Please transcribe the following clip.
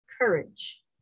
courage